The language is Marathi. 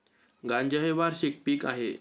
गांजा हे वार्षिक पीक आहे